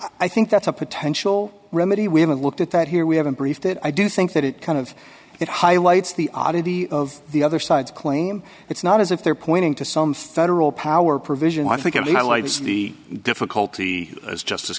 i think that's a potential remedy we haven't looked at that here we have in brief that i do think that it kind of it highlights the oddity of the other side's claim it's not as if they're pointing to some federal power provision i think of the latest of the difficulty as just